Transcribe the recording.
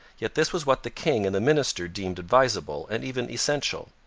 yet this was what the king and the minister deemed advisable and even essential.